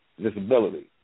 disability